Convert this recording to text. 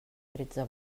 tretze